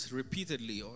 repeatedly